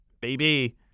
baby